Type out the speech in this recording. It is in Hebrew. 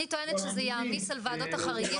אני טוענת שזה יעמיס על ועדות החריגים